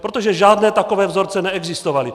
Protože žádné takové vzorce neexistovaly.